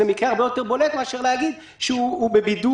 זה מקרה הרבה יותר בולט מאשר להגיד שהוא בבידוד.